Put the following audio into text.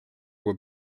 were